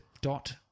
dot